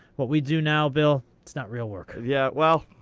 what we do now, bill, it's not real work. yeah. well,